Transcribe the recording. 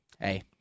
hey